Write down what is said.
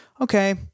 okay